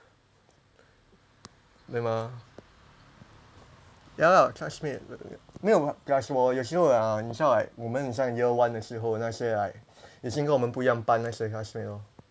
对吗 ya lah classmate 没有 plus 我有时候 uh 很像 like 我们很像 year one 的时候那些 like 已经跟我们不一样班的那些 classmates lor